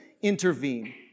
intervene